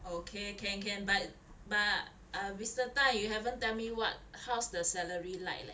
okay can can but but um mr tan you haven't tell me what how's the salary like leh